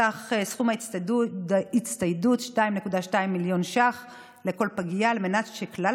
סכום ההצטיידות הוא 2.2 מיליון שקלים לכל פגייה על מנת שכלל